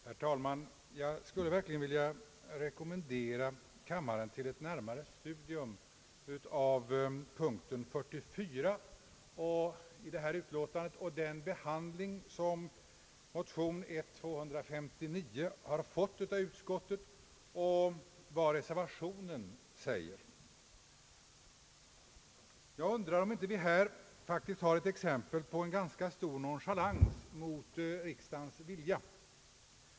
Herr talman! Jag skulle verkligen vilja rekommendera kammaren ett närmare studium av punkten 44 i detta utlåtande och den behandling som motion 1: 259 har fått i utskottet samt vad reservationen säger. Jag undrar om vi inte här faktiskt har ett exempel på en mycket stor nonchalans mot riksdagens vilja.